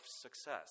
success